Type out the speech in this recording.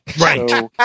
Right